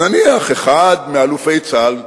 נניח, אחד מאלופי צה"ל,